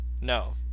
No